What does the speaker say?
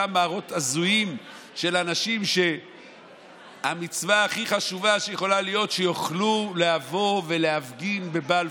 של הממשלה הזאת על הרס הכלכלה אתם כותבים בימים